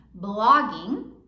blogging